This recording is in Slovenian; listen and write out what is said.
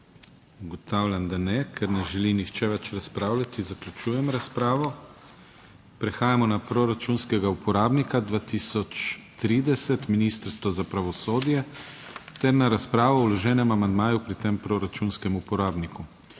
Ugotavljam, da ne. Ker ne želi nihče več razpravljati, zaključujem razpravo. Prehajamo na proračunskega uporabnika 2030, Ministrstvo za pravosodje ter na razpravo o vloženem amandmaju pri tem proračunskem uporabniku.